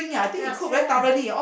uh string ah